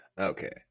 Okay